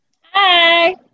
Hi